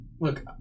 Look